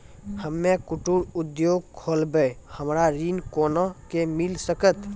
हम्मे कुटीर उद्योग खोलबै हमरा ऋण कोना के मिल सकत?